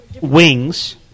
wings